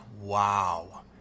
wow